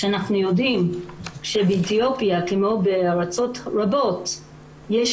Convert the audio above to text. אנחנו שבאתיופיה כמו בארצות רבות יש